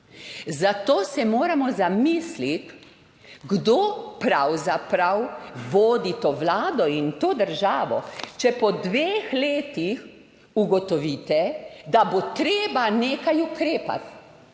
Zato se moramo zamisliti, kdo pravzaprav vodi to vlado in to državo, če po dveh letih ugotovite, da bo treba nekaj ukrepati.